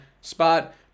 spot